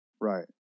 right